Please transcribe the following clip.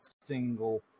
single